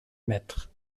mètres